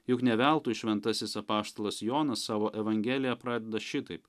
juk ne veltui šventasis apaštalas jonas savo evangeliją pradeda šitaip